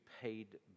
paid